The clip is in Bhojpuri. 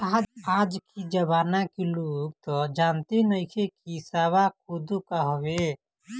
आज के जमाना के लोग तअ जानते नइखे की सावा कोदो का हवे